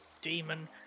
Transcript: demon